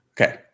Okay